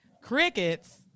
crickets